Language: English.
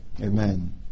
Amen